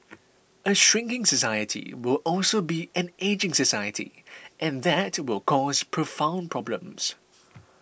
a shrinking society will also be an ageing society and that will cause profound problems